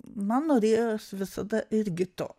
man norėjos visada irgi to